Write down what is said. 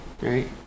right